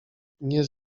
nie